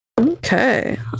Okay